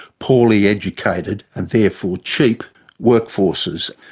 poorly educated and therefore cheap workforces.